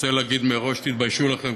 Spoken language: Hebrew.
רוצה להגיד מראש תתביישו לכם,